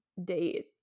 date